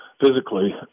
physically